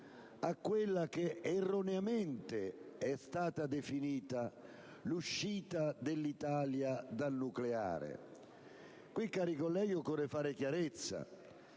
a quella che erroneamente è stata definita l'uscita dell'Italia dal nucleare. Qui, cari colleghi, occorre fare chiarezza: